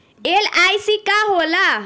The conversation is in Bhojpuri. एल.आई.सी का होला?